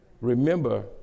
Remember